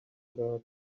guards